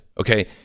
Okay